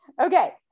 Okay